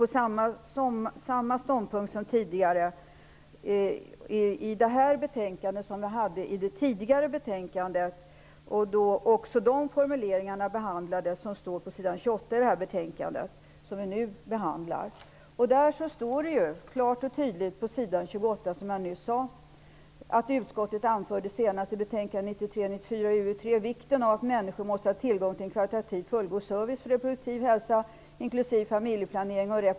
Vi har samma ståndpunkt i detta betänkande som vi hade i det tidigare betänkandet, där också de formuleringar som står på s. 28 i detta betänkande behandlades. Där står det klart och tydligt: ''Utskottet anförde senast i betänkandet 1993/94:UU3 vikten av att människor måste ha tillgång till en kvalitativt fullgod service för reproduktiv hälsa, inkl.